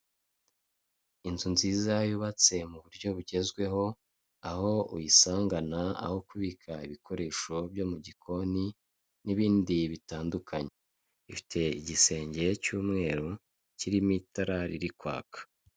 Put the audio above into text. Inzu nziza yubatse mu buryo bugezweho aho uyisangana aho kubika ibikoresho byo mu gikoni n'ibindi bitandukanye ifite igisenge cy'umweru kirimo itara riri kwaka.